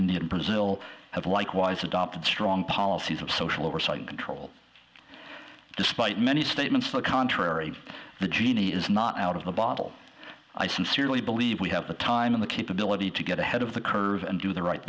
india brazil have likewise adopted strong policies of social oversight control despite many statements the contrary the genie is not out of the bottle i sincerely believe we have the time in the capability to get ahead of the curve and do the right